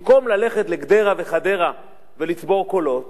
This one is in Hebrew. במקום ללכת לגדרה ולחדרה ולצבור קולות,